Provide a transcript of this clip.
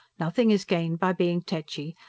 nothing is gained by being techy.